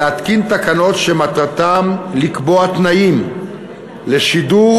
להתקין תקנות שמטרתן לקבוע תקנים לשידור